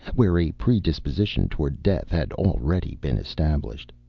where a predisposition toward death had already been established.